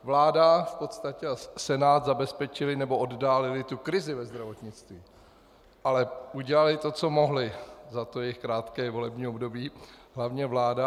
Vláda a Senát zabezpečily nebo oddálily tu krizi ve zdravotnictví, ale udělaly to, co mohly, za to jejich krátké volební období, hlavně vláda.